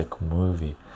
movie